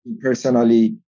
personally